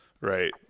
Right